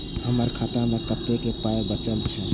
हमर खाता मे कतैक पाय बचल छै